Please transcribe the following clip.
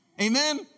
amen